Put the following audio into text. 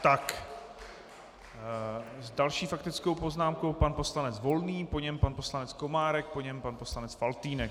Tak s další faktickou poznámkou pan poslanec Volný, po něm pan poslanec Komárek, po něm pan poslanec Faltýnek.